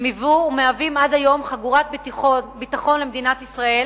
הן היוו ומהוות עד היום חגורת ביטחון למדינת ישראל,